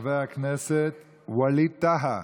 חבר הכנסת ווליד טאהא.